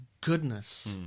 goodness